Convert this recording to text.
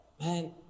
man